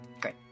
Great